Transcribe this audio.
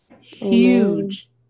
huge